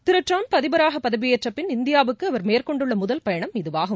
திருட்டூம்ப் அதிபராகபதவியேற்றபின் இந்தியாவுக்குஅவர் மேற்கொண்டுள்ளமுதல் பயணம் இதுவாகும்